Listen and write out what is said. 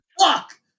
Fuck